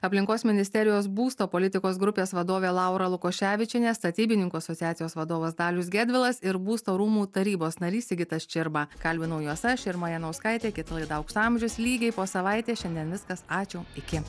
aplinkos ministerijos būsto politikos grupės vadovė laura lukoševičienė statybininkų asociacijos vadovas dalius gedvilas ir būsto rūmų tarybos narys sigitas čirba kalbinau juos aš irma janauskaitė kita laida aukso amžius lygiai po savaitės šiandien viskas ačiū iki